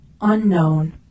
Unknown